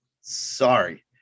Sorry